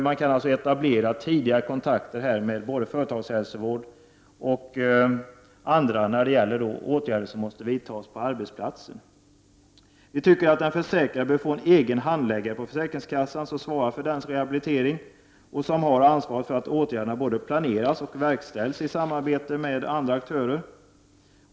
Man kan alltså på ett tidigare stadium etablera kontakter både med företagshälsovård och andra när det gäller åtgärder som måste vidtas på arbetsplatsen. Vi tycker att den försäkrade bör få en egen handläggare på försäkringskassan som svarar för dennes rehabilitering och som har ansvaret för att åtgärder planeras och verkställs i samarbete med andra aktörer.